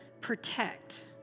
protect